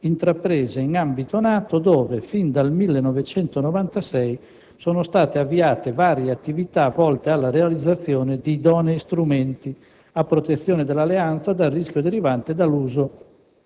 intraprese in ambito NATO dove, fin dal 1996, sono state avviate varie attività volte alla realizzazione di idonei strumenti a protezione dell'Alleanza dal rischio derivante dall'uso